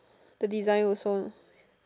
the design also